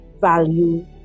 value